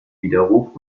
widerruf